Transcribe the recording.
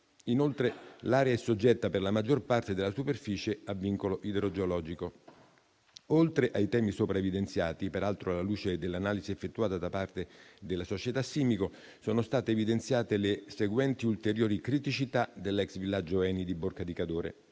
Inoltre, l'area è soggetta per la maggior parte della superficie a vincolo idrogeologico. Oltre ai temi sopra evidenziati, peraltro alla luce dell'analisi effettuata da parte della società Simico, sono state evidenziate le seguenti ulteriori criticità dell'ex villaggio ENI di Borca di Cadore.